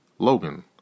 Logan